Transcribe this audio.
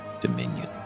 dominion